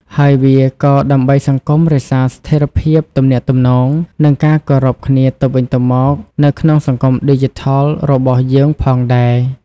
ហើយ វាក៏ដើម្បីសង្គមរក្សាស្ថិរភាពទំនាក់ទំនង និងការគោរពគ្នាទៅវិញទៅមកនៅក្នុងសង្គមឌីជីថលរបស់យើងផងដែរ។